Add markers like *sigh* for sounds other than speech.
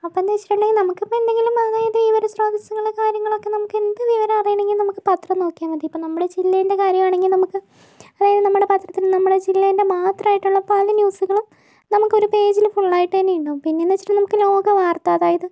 അപ്പൊന്നു വെച്ചിട്ടുണ്ടെങ്കി നമുക്കിപ്പോൾ എന്തെങ്കിലും അതായത് *unintelligible* കാര്യങ്ങളൊക്കെ നമുക്ക് എന്ത് വിവരങ്ങളും അറിയണെങ്കി നമുക്ക് ഇപ്പോൾ പത്രം നോക്കിയാൽ മതി ഇപ്പൊ നമുക്ക് നമ്മുടെ ജില്ലേൻ്റെ കാര്യണെങ്കി നമുക്ക് അതായത് നമ്മുടെ പത്രത്തിൻ്റെ നമ്മുടെ ജില്ലേൻ്റെ മാത്രായിട്ടുള്ള പല ന്യൂസുകളും നമുക്ക് ഒരു പേജില് ഫുള്ളായിട്ട് തന്നെയുണ്ടാവും പിന്നെന്നു വെച്ചിട്ടുണ്ടെങ്കിൽ നമുക്ക് ലോക വാർത്ത അതായത്